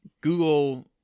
Google